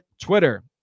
Twitter